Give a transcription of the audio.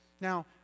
Now